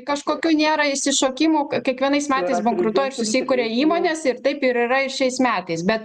kažkokių nėra išsišokimų kiekvienais metais bankrutuoja ir susikuria įmonės ir taip ir yra ir šiais metais bet